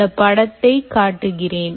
இந்தப் படத்தை காட்டுகிறேன்